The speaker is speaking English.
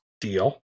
deal